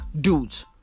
dudes